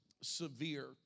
severe